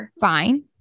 fine